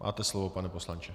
Máte slovo, pane poslanče.